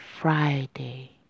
Friday